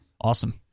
Awesome